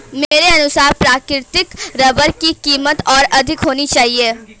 मेरे अनुसार प्राकृतिक रबर की कीमत और अधिक होनी चाहिए